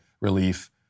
relief